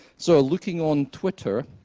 so looking on twitter,